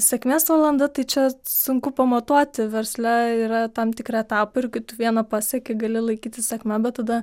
sėkmės valanda tai čia sunku pamatuoti versle yra tam tikri etapai ir kai tu vieną pasieki gali laikyti sėkme bet tada